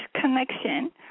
connection